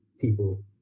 people